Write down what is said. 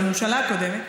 בממשלה הקודמת,